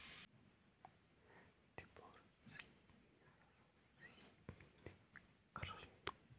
Drip और sprinkler क्या हैं?